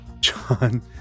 John